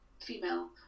female